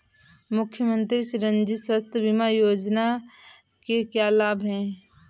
मुख्यमंत्री चिरंजी स्वास्थ्य बीमा योजना के क्या लाभ हैं?